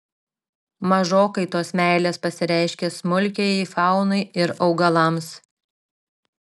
mažokai tos meilės pasireiškia smulkiajai faunai ir augalams